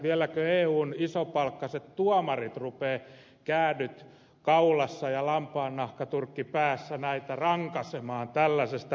vieläkö eun isopalkkaiset tuomarit rupeavat käädyt kaulassa ja lampaannahkaturkki päässä näitä rankaisemaan tällaisesta